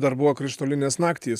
dar buvo krištolinės naktys